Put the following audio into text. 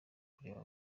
kureba